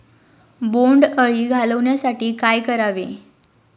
बोंडअळी घालवण्यासाठी काय करावे?